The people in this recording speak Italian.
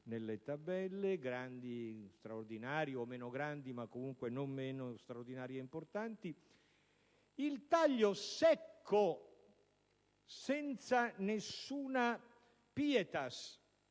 nelle tabelle), grandi e straordinari o meno grandi, ma non meno straordinari e importanti; il taglio secco, senza alcuna *pietas*,